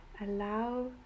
allow